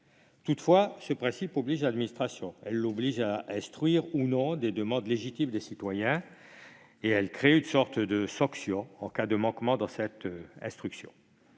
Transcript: Toutefois, ce principe oblige l'administration ; il l'oblige à instruire ou non des demandes légitimes des citoyens et il crée une sorte de sanction en cas de manquement dans cette instruction.